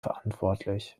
verantwortlich